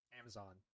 Amazon